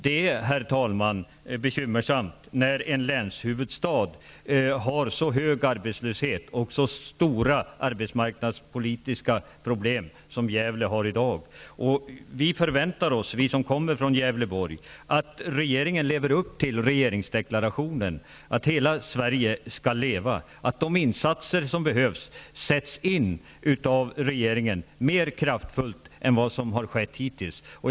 Herr talman! Det är bekymmersamt när en länshuvudstad har så hög arbetslöshet och så stora arbetsmarknadspolitiska problem som Gävle har i dag. Vi som kommer från Gävleborg förväntar oss att regeringen lever upp till regeringsdeklarationen, att hela Sverige skall leva, att de insatser som behövs kan sättas in av regeringen, mer kraftfullt än vad som har skett hittills.